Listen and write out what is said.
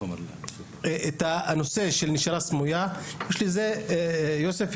יש גם את הנושא של נשירה סמויה ויש לזה סיבות: